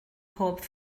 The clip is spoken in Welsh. pob